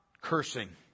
cursing